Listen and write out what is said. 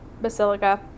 Basilica